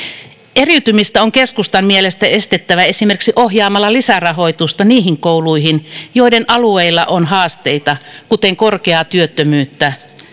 eriytymistä on keskustan mielestä estettävä esimerkiksi ohjaamalla lisärahoitusta niihin kouluihin joiden alueilla on haasteita kuten korkeaa työttömyyttä